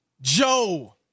Joe